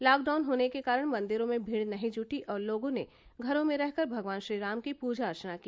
lockdown होने के कारण मंदिरों में भीड़ नहीं जूटी और लोगों ने घरों में रहकर भगवान श्रीराम की पूजा अर्चना की